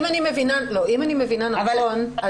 אם אני מבינה נכון,